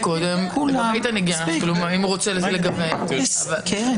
קודם כל אני רוצה לפתוח ולומר